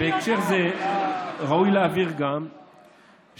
בהקשר זה ראוי להבהיר גם שהנוהל,